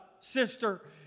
sister